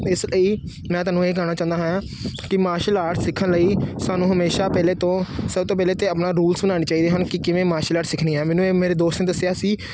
ਇਸ ਲਈ ਮੈਂ ਤੁਹਾਨੂੰ ਇਹ ਕਹਿਣਾ ਚਾਹੁੰਦਾ ਹਾਂ ਕਿ ਮਾਰਸ਼ਲ ਆਰਟਸ ਸਿੱਖਣ ਲਈ ਸਾਨੂੰ ਹਮੇਸ਼ਾ ਪਹਿਲੇ ਤੋਂ ਸਭ ਤੋਂ ਪਹਿਲੇ ਤਾਂ ਆਪਣਾ ਰੂਲਸ ਬਣਾਉਣੇ ਚਾਹੀਦੇ ਹਨ ਕਿ ਕਿਵੇਂ ਮਾਰਸ਼ਲ ਆਰਟਸ ਸਿੱਖਣੀ ਆ ਮੈਨੂੰ ਇਹ ਮੇਰੇ ਦੋਸਤ ਨੇ ਦੱਸਿਆ ਸੀ